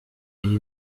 iyi